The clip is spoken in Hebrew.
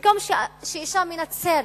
במקום שאשה מנצרת,